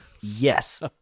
Yes